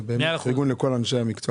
ובאמת פרגון לכל אנשי המקצוע.